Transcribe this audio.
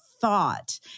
thought